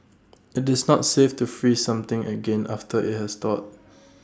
IT is not safe to freeze something again after IT has thawed